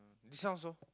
this one also